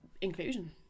inclusion